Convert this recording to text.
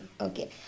okay